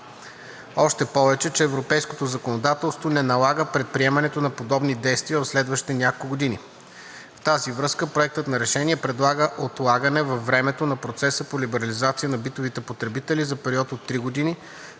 Още повече че европейското законодателство не налага предприемането на подобни действия в следващите няколко години. В тази връзка Проектът на решение предлага отлагане във времето на процеса по либерализация на битовите потребители за период от три години,